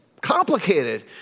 complicated